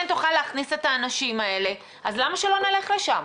תוכל להכניס את האנשים האלה אז למה שלא נלך לשם?